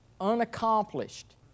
unaccomplished